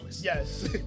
Yes